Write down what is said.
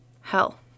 Hell